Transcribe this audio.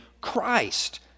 Christ